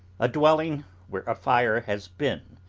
a dwelling where a fire has been.